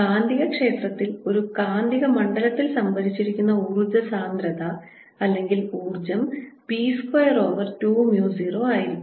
അതിനാൽ കാന്തികക്ഷേത്രത്തിൽ ഒരു കാന്തിക മണ്ഡലത്തിൽ സംഭരിച്ചിരിക്കുന്ന ഊർജ്ജ സാന്ദ്രത അല്ലെങ്കിൽ ഊർജ്ജം B സ്ക്വയർ ഓവർ 2 mu 0 ആയിരിക്കും